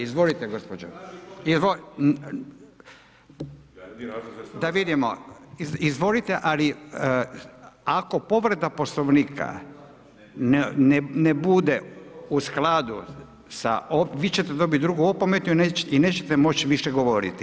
Izvolite gospođo. ... [[Upadica: ne čuje se.]] Da vidimo, izvolite, ali ako povreda Poslovnika ne bude u skladu sa, vi ćete dobit drugu opomenu i nećete moći više govoriti.